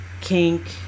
kink